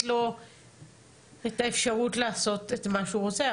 לי את האפשרות לעשות את מה שהוא רוצה,